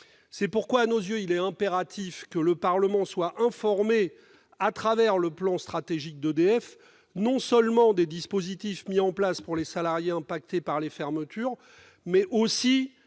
C'est pourquoi, à nos yeux, il est impératif que le Parlement soit informé, à travers le plan stratégique d'EDF, non seulement des dispositifs mis en place pour les salariés affectés par les fermetures, mais aussi